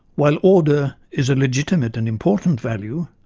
while order is a legitimate and important value,